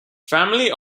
family